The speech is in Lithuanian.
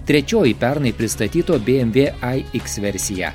trečioji pernai pristatyto bmw ai x versija